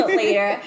later